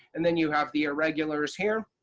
and then you have the irregulars here.